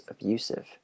abusive